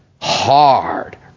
hard